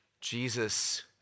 Jesus